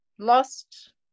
lost